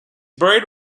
buried